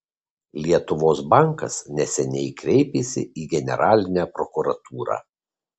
lietuvos bankas neseniai kreipėsi į generalinę prokuratūrą